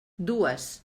dues